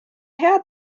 hea